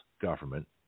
government